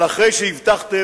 אבל אחרי שהבטחתם,